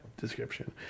description